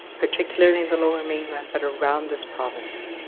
particularly in the lower mainland but around this province.